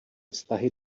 vztahy